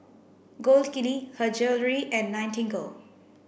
Gold Kili Her Jewellery and Nightingale